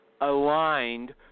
aligned